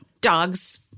dogs